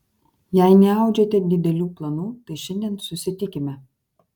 jei neaudžiate didelių planų tai šiandien susitikime